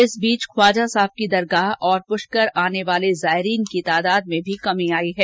इस बीच ख्वाजा साहब की दरगाह और पुष्कर आने वाले जायरीन की तादाद में भी कमी आई है